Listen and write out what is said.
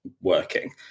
working